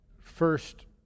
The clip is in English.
first